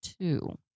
two